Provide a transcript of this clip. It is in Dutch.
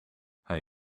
hij